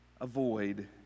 avoid